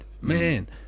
man